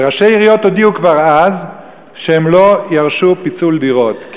וראשי עיריות הודיעו כבר אז שהם לא ירשו פיצול דירות,